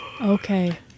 Okay